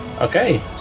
Okay